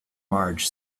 marge